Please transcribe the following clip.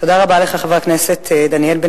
תודה רבה לך, חבר הכנסת בן-סימון.